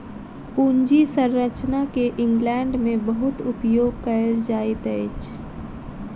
पूंजी संरचना के इंग्लैंड में बहुत उपयोग कएल जाइत अछि